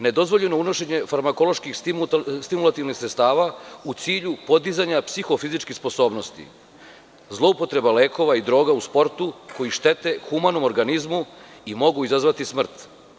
Nedozvoljeno unošenje farmakoloških stimulativnih sredstava u cilju podizanja psihofizičke sposobnosti, zloupotreba lekova, droga u sportu koje štete humano organizmu i mogu izazvati smrt.